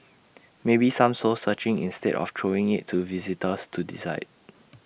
maybe some soul searching instead of throwing IT to visitors to decide